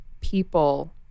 people